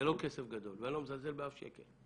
זה לא כסף גדול ואני לא מזלזל באף שקל.